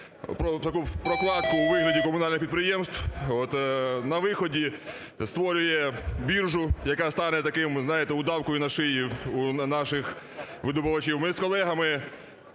таку прокладку у вигляді комунальних підприємств, на виході створює біржу, яка стане удавкою на шиях наших видобувачів. Ми з колегами